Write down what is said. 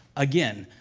again,